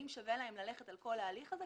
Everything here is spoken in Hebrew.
שווה להם ללכת על כל ההליך הזה,